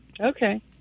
okay